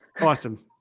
awesome